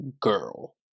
girl